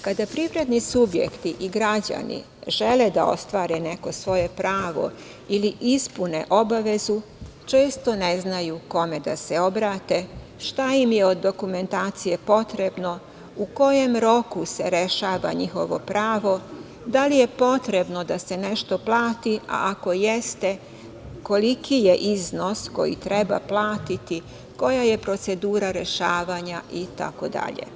Kada privredni subjekti i građani žele da ostvare neko svoje pravo ili ispune obavezu često ne znaju kome da se obrate, šta im je od dokumentacije potrebno, u kojem se roku rešava njihovo pravo, da li je potrebno da se nešto plati, a ako jeste koliki je iznos koji treba platiti, koja je procedura rešavanja itd.